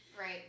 Right